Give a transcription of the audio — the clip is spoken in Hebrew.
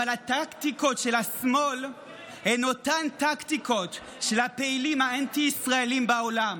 אבל הטקטיקות של השמאל הן אותן טקטיקות של הפעילים האנטי-ישראלים בעולם.